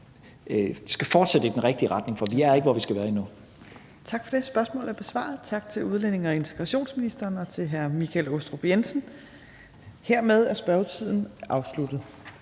bare fortsætte i den rigtige retning, for vi er ikke, hvor vi skal være, endnu. Kl. 15:27 Tredje næstformand (Trine Torp): Tak for det. Spørgsmålet er besvaret. Tak til udlændinge- og integrationsministeren og til hr. Michael Aastrup Jensen. Hermed er spørgetiden afsluttet.